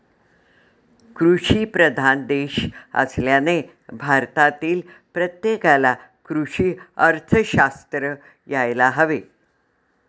कृषीप्रधान देश असल्याने भारतातील प्रत्येकाला कृषी अर्थशास्त्र यायला हवे